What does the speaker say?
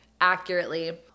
accurately